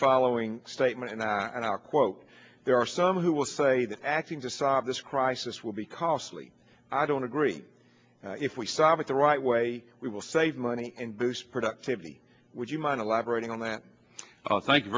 following statement and i'll quote there are some who will say that acting to solve this crisis will be costly i don't agree if we solve it the right way we will save money and boost productivity would you mind elaborating on that thank you